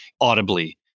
audibly